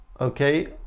okay